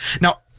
now